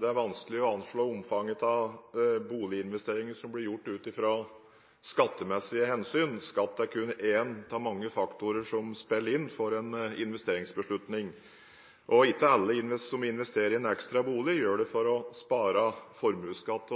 Det er vanskelig å anslå omfanget av boliginvesteringer som blir gjort ut fra skattemessige hensyn. Skatt er kun én av mange faktorer som spiller inn for en investeringsbeslutning. Ikke alle som investerer i en ekstra bolig, gjør det for å spare formuesskatt.